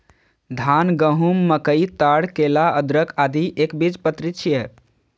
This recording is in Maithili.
धान, गहूम, मकई, ताड़, केला, अदरक, आदि एकबीजपत्री छियै